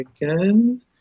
again